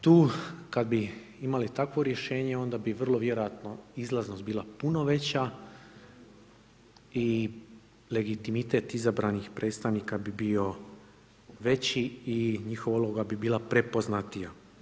Tu kad bi imali takvo rješenje onda bi vrlo vjerojatno izlaznost bila puno veća i legitimitet izabranih predstavnika bi bio veći i njihova uloga bi bila prepoznatija.